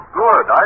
good